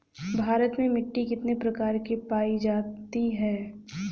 भारत में मिट्टी कितने प्रकार की पाई जाती हैं?